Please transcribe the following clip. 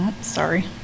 sorry